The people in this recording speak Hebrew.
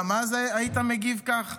גם אז היית מגיב כך?